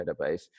database